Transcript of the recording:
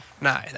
No